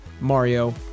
Mario